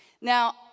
Now